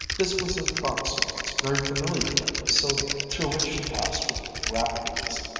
this was a thought-sequence very familiar to sylvia, through which she passed with rapid ease.